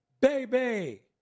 Baby